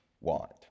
want